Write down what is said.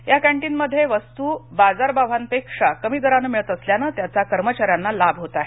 या कॅन्टीनमध्ये वस्तू बाजारभावापेक्षा कमी दराने मिळत असल्याने त्याचा कर्मचाऱ्यांना लाभ होत आहे